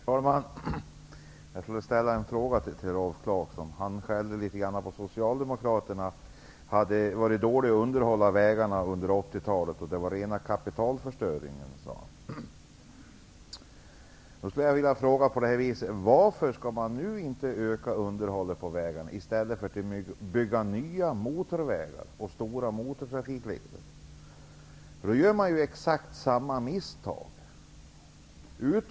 Herr talman! Jag skulle vilja ställa en fråga till Rolf Clarkson. Han skäller litet grand på Socialdemokraterna. Han ansåg att de hade varit dåliga på att underhålla vägarna under 80-talet och att det var rena kapitalförstöringen. Jag skulle därför vilja fråga Rolf Clarkson varför man nu inte skall öka underhållet på vägarna i stället för att bygga nya motorvägar och stora motortrafikleder. Då gör man ju exakt samma misstag.